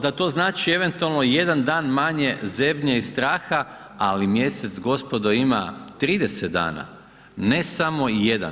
Da to znači eventualno jedan dan manje zebnje i straha ali mjesec gospodo ima 30 dana ne samo 1 dan.